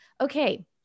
okay